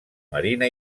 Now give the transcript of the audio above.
marina